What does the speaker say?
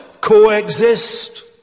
coexist